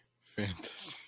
Fantasy